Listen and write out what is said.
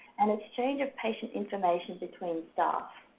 and exchange of patient information between staff.